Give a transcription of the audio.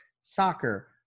soccer